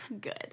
Good